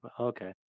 Okay